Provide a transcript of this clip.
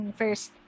first